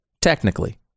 technically